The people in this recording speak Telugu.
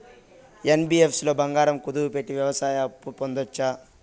యన్.బి.యఫ్.సి లో బంగారం కుదువు పెట్టి వ్యవసాయ అప్పు పొందొచ్చా?